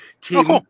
team